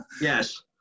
Yes